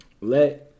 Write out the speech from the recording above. let